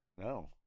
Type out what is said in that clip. No